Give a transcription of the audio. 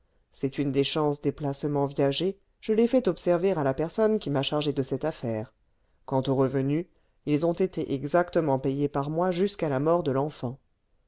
c'est une des chances des placements viagers je l'ai fait observer à la personne qui m'a chargé de cette affaire quant aux revenus ils ont été exactement payés par moi jusqu'à la mort de l'enfant